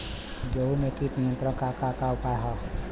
गेहूँ में कीट नियंत्रण क का का उपाय ह?